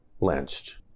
lynched